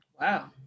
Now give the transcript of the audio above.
Wow